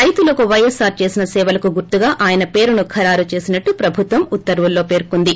రైతులకు వైఎస్పార్ చేసిన సేవలకు గుర్తుగా ఆయన పేరును ఖరారు చేసినట్లు ప్రభుత్వం ఉత్తర్వుల్లో పేర్కొంది